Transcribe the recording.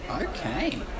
Okay